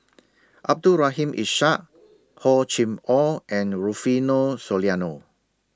Abdul Rahim Ishak Hor Chim Or and Rufino Soliano